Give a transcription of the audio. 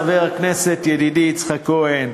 חבר הכנסת ידידי יצחק כהן,